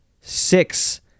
six